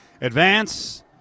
Advance